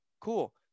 Cool